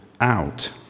Out